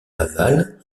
aval